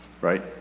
Right